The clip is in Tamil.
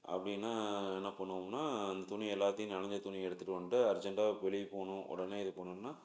அப்படின்னா என்ன பண்ணுவோம்னா அந்த துணி எல்லாத்தையும் நனைஞ்ச துணியை எடுத்துட்டு வந்துட்டு அர்ஜெண்ட்டாக வெளியே போகணும் உடனே இது பண்ணணும்ன்னா